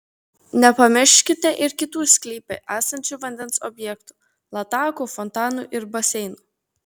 nepamirškite ir kitų sklype esančių vandens objektų latakų fontanų ir baseinų